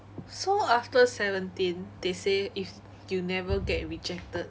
so after seventeen they say if you never get rejected